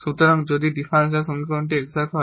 সুতরাং যদি ডিফারেনশিয়াল সমীকরণটি এক্সাট হয়